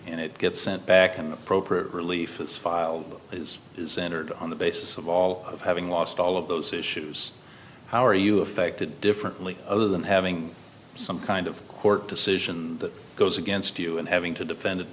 and it gets sent back an appropriate relief is centered on the basis of all of having lost all of those issues how are you affected differently other than having some kind of court decision that goes against you and having to defend